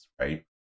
right